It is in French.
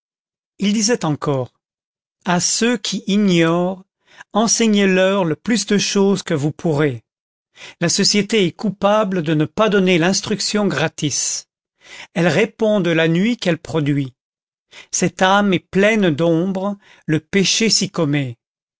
il disait encore à ceux qui ignorent enseignez leur le plus de choses que vous pourrez la société est coupable de ne pas donner l'instruction gratis elle répond de la nuit qu'elle produit cette âme est pleine d'ombre le péché s'y commet